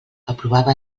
aprovava